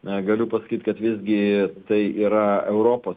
na galiu pasakyt kad visgi tai yra europos